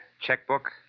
checkbook